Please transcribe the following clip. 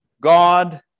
God